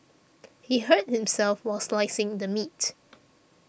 he hurt himself while slicing the meat